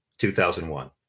2001